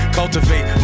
cultivate